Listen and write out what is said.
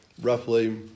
roughly